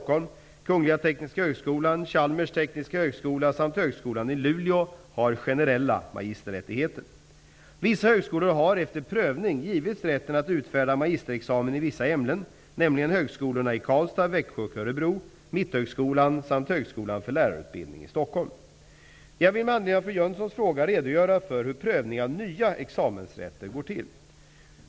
Kungliga tekniska högskolan, Chalmers tekniska högskola samt Högskolan i Luleå har generella magisterrättigheter. Vissa högskolor har, efter prövning, givits rätten att utfärda magisterexamen i vissa ämnen, nämligen högskolorna i Karlstad, Växjö och Örebro, Jag vill med anledning av fru Jönssons fråga redogöra för hur prövning för nya examensrätter går till.